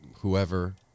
whoever